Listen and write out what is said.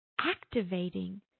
activating